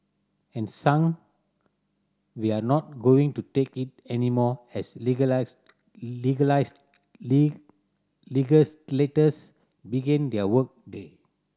and sang We're not going to take it anymore as legislators begin their work day